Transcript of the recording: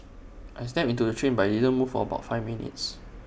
I stepped into the train but IT didn't move for about five minutes